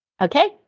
Okay